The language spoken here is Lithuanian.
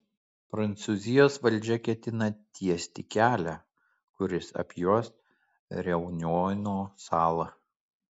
prancūzijos valdžia ketina tiesti kelią kuris apjuos reunjono salą